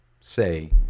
say